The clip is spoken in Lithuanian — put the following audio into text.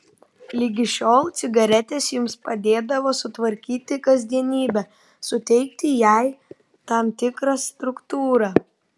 ligi šiol cigaretės jums padėdavo sutvarkyti kasdienybę suteikti jai tam tikrą struktūrą